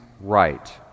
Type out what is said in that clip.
right